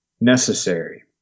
necessary